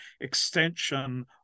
extension